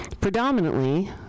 predominantly